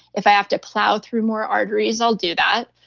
if i have to plow through more arteries, i'll do that.